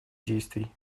действий